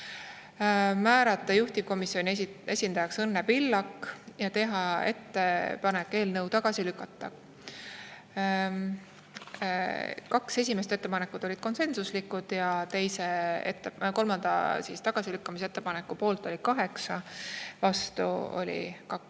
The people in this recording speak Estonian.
määrata juhtivkomisjoni esindajaks Õnne Pillak ja teha ettepanek eelnõu tagasi lükata. Kaks esimest ettepanekut olid konsensuslikud ja kolmanda, tagasilükkamise ettepaneku poolt oli 8 ja vastu 2